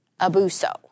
abuso